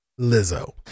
Lizzo